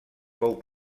fou